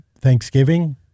Thanksgiving